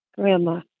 grandma